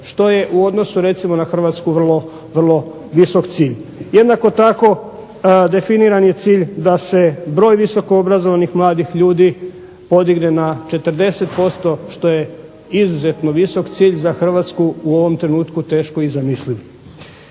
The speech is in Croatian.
što je u odnosu recimo na Hrvatsku vrlo visok cilj. Jednako tako definiran je cilj da se broj visoko obrazovanih mladih ljudi podigne na 40% što je izuzetno visok cilj za Hrvatsku, u ovom trenutku teško i zamisliv.